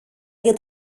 για